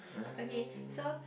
okay so